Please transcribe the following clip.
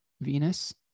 Venus